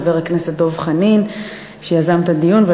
לחבר הכנסת דב חנין שיזם את הדיון,